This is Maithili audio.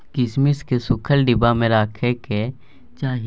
किशमिश केँ सुखल डिब्बा मे राखे कय चाही